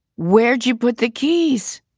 where'd you put the keys?